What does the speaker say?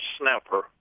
snapper